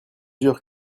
dur